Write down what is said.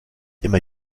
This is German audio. immer